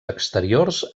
exteriors